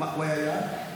הוא היה היעד?